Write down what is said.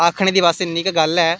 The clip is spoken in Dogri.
आखने दी बस इन्नी गै गल्ल ऐ